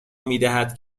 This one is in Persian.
میدهد